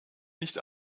nicht